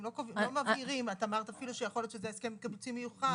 לא מבהירים - את אמרת אפילו שיכול להיות שזה הסכם קיבוצי מיוחד.